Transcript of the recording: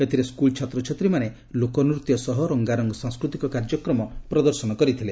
ଏଥିରେ ସ୍କୁଲ ଛାତ୍ରଛାତ୍ରୀମାନେ ଲୋକନୃତ୍ୟ ସହ ରଙ୍ଗାରଙ୍ଗ ସାଂସ୍କୃତିକ କାର୍ଯ୍ୟକ୍ରମ ପ୍ରଦର୍ଶନ କରିଥିଲେ